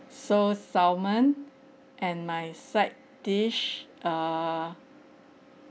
so salmon and my side dish err